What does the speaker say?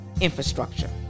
infrastructure